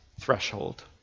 threshold